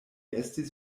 estis